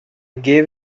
gave